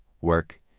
work